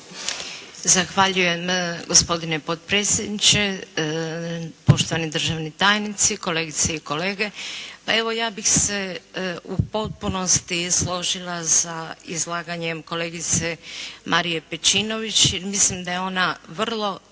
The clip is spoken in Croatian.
Zahvaljujem gospodine potpredsjedniče, poštovani državni tajnici, kolegice i kolege. Pa evo ja bih se u potpunosti složila sa izlaganjem kolegice Marije Pejčinović jer mislim da je ona vrlo detaljno